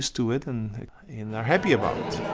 to it, and they're happy about it.